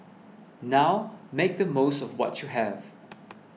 now make the most of what you have